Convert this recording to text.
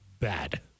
Bad